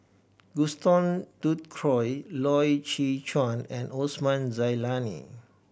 Gaston Dutronquoy Loy Chye Chuan and Osman Zailani